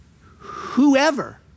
whoever